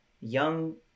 young